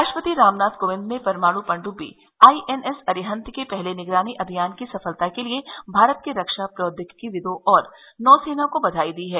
राष्ट्रपति रामनाथ कोविंद ने परमाणु पनडुब्बी आईएनएस अरिहंत के पहले निगरानी अभियान की सफलता के लिए भारत के रक्षा प्रौद्योगिकीविदों और नौसेना को बधाई दी है